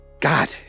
God